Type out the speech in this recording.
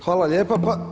Hvala lijepa.